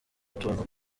utuntu